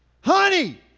Honey